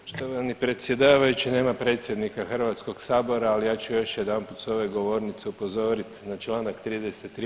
Poštovani predsjedavajući nema predsjednika Hrvatskog sabora, ali ja ću još jedanput s ove govornice upozorit na Članak 33.